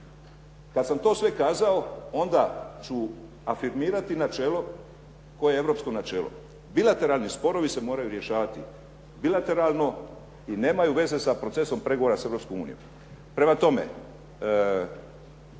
Kad sam to sve kazao onda ću afirmirati načelo, koje je europsko načelo. Bilateralni sporovi se moraju rješavati bilateralno i nemaju veze sa procesom pregovora sa Europskom